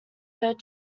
third